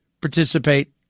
participate